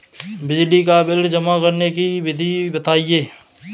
बिजली का बिल जमा करने की विधि बताइए?